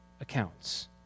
accounts